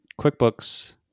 QuickBooks